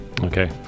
okay